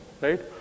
right